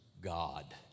God